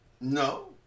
No